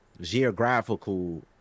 geographical